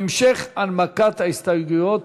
המשך הנמקת ההסתייגויות.